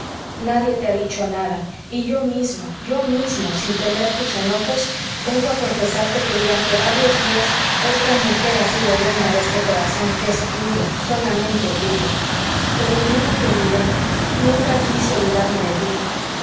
nadie te ha dicho nada y yo mismo yo mismo sin temer tus enojos vengo a confesarte que durante varios días otra mujer ha sido dueña de este corazón que es tuyo solamente tuyo pero nunca te olvidé aunque quise olvidarme de ti